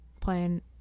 playing